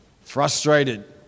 frustrated